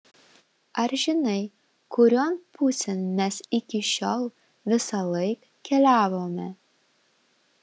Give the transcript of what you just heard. ar žinai kurion pusėn mes iki šiol visąlaik keliavome